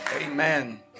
amen